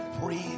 breathe